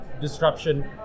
disruption